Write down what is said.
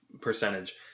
percentage